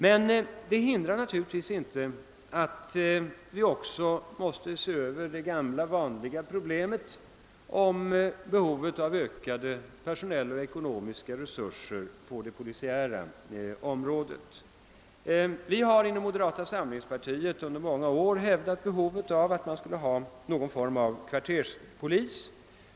Men det hindrar naturligtvis inte att vi också måste ta upp det vanliga problemet om behovet av ökade personella och ekonomiska resurser på det polisiära området. Vi har inom moderata samlingspartiet i många år hävdat att man borde ha någon form av kvarterspolis.